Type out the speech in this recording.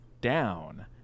down